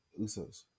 usos